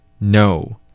No